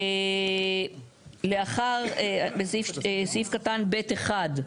לאחר, בסעיף קטן (ב)(1),